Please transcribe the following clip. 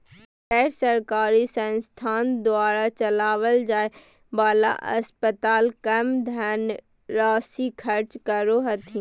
गैर सरकारी संस्थान द्वारा चलावल जाय वाला अस्पताल कम धन राशी खर्च करो हथिन